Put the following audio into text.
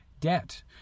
debt